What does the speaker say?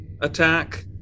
attack